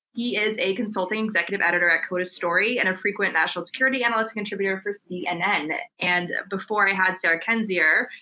he is a consulting executive editor at coda story, and a frequent national security analyst contributor for cnn, and before i had sarah kendzior,